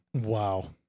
Wow